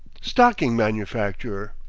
stocking-manufacturer.